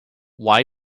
why